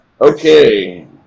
Okay